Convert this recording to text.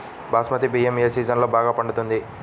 బాస్మతి బియ్యం ఏ సీజన్లో బాగా పండుతుంది?